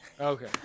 Okay